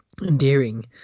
endearing